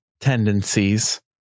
tendencies